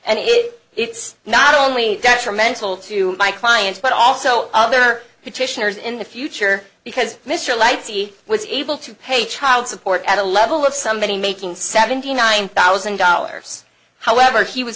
and it it's not only detrimental to my clients but also their petitioners in the future because mr lighty was able to pay child support at a level of somebody making seventy nine thousand dollars however he was